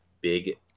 Big